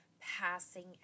passing